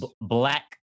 black